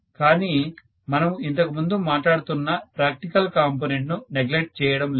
కానీ మనము ఇంతకు ముందు మాట్లాడుతున్న ప్రాక్టికల్ కాంపోనెంట్ ను నెగ్లెక్ట్ చేయడము లేదు